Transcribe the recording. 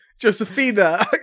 Josephina